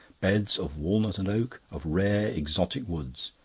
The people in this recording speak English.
beds of walnut and oak, of rare exotic woods.